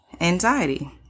anxiety